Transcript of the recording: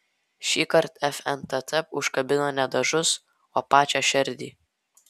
šįkart fntt užkabino ne dažus o pačią šerdį